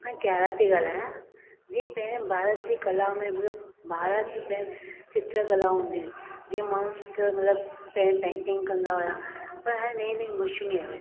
मां क्यारा थी ॻाल्हायां जीअं पहिरीं भारत जी कला में मतलबु भारत में पहिरीं चित्रकला हूंदी हुई जीअं माण्हू चित्र मतलबु पहिरां पेंटींग कंदा हुआ पर हाणे नई नई मशीनियूं आहियूं आहिनि